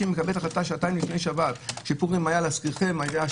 שעתיים לפני שבת, כשפורים היה שישי,